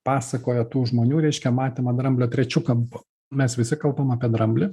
pasakoja tų žmonių reiškia matymą dramblio trečiu kampu mes visi kalbam apie dramblį